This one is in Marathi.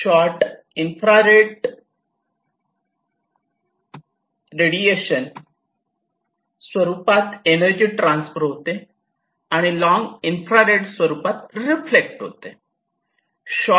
शॉर्ट इन्फ्रारेड रेडिएशन स्वरूपात एनर्जी ट्रान्सफर होते आणि लॉंग इन्फ्रारेड स्वरूपात रिफ्लेक्ट होते